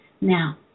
Now